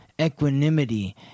equanimity